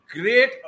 great